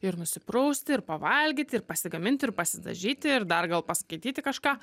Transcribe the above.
ir nusiprausti ir pavalgyti ir pasigaminti ir pasidažyti ir dar gal paskaityti kažką